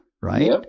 right